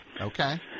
Okay